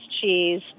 cheese